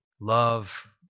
Love